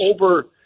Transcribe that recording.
over